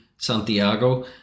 Santiago